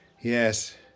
Yes